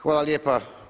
Hvala lijepa.